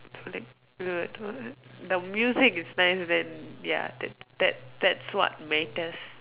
like the music is nice then ya that that's that's what matters